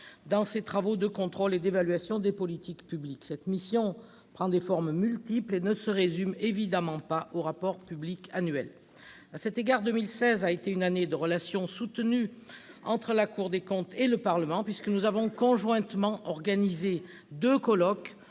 dans ses travaux de contrôle et d'évaluation des politiques publiques. Cette mission prend des formes multiples et ne se résume évidemment pas au rapport public annuel. À cet égard, 2016 a été une année de relations soutenues entre la Cour des comptes et le Parlement, puisque deux colloques ont été conjointement organisés, l'un